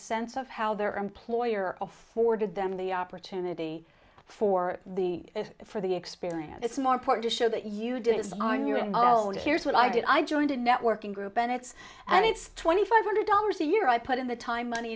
sense of how their employer afforded them the opportunity for the for the experience it's more important to show that you do is are new and here's what i did i joined a networking group and it's and it's twenty five hundred dollars a year i put in the time money